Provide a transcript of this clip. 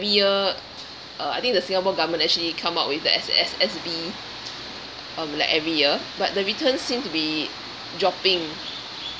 every year uh I think the singapore government actually come up with the S~ S_S_B um like every year but the returns seem to be dropping